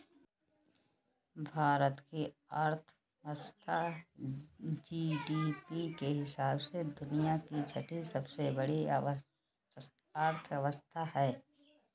भारत की अर्थव्यवस्था जी.डी.पी के हिसाब से दुनिया की छठी सबसे बड़ी अर्थव्यवस्था है